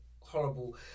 horrible